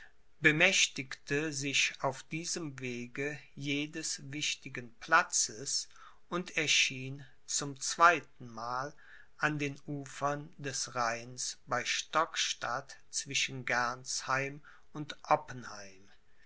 bemächtigte sich auf diesem wege jedes wichtigen platzes und erschien zum zweitenmal an den ufern des rheins bei stockstadt zwischen gernsheim und